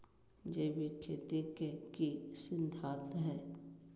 जैविक खेती के की सिद्धांत हैय?